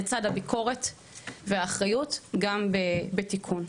לצד הביקורת והאחריות גם בתיקון.